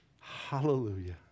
Hallelujah